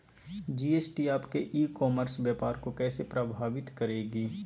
GST आपके e commerce व्यापार को कैसे प्रभावित करेगी?